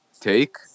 Take